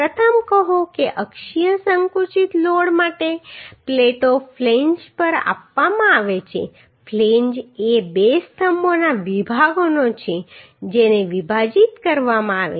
પ્રથમ કહો કે અક્ષીય સંકુચિત લોડ માટે પ્લેટો ફ્લેંજ પર આપવામાં આવે છે ફ્લેંજ એ બે સ્તંભોના વિભાગોનો છે જેને વિભાજિત કરવામાં આવે છે